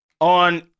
On